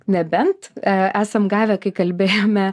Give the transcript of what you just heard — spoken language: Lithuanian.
nebent esam gavę kai kalbėjome